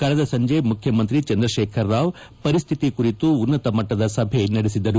ಕಳೆದ ಸಂಜೆ ಮುಖ್ಯಮಂತ್ರಿ ಚಂದ್ರಶೇಖರ ರಾವ್ ಪರಿಸ್ಥಿತಿ ಕುರಿತು ಉನ್ನತ ಮಟ್ಟದ ಸಭೆ ನಡೆಸಿದರು